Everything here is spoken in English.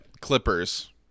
clippers